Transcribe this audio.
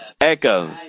Echo